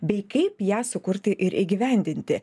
bei kaip ją sukurti ir įgyvendinti